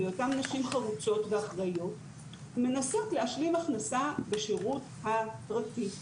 אותן נשים חרוצות ואחראיות מנסות להשלים הכנסה בשירות הפרטי,